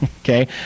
Okay